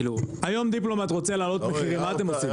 היום דיפלומט רוצה להעלות מחירים עכשיו מה אתם עושים?